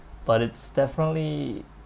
but it's definitely